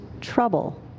trouble